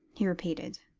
he repeated.